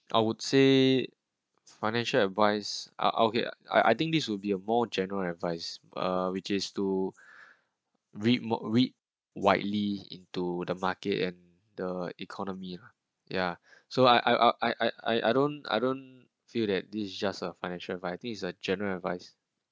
I would say financial advice ah okay ah I I think this will be a more general advice uh which is to read read widely into the market and the economy lah ya so I I i i i i don't I don't feel that this just a financial fighting is a general advice